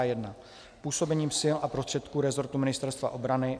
1. působením sil a prostředků resortu Ministerstva obrany